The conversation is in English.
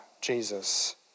Jesus